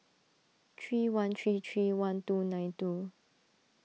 three one three three one two nine two